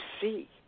see